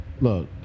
look